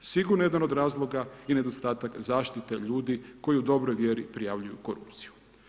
Sigurno jedan od razloga i nedostatak zaštite ljudi koji u dobroj vjeri prijavljuju korupciju.